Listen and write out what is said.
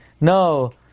no